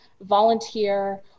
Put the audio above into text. volunteer